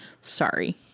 sorry